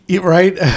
Right